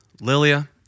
Lilia